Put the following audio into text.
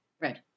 Right